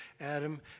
Adam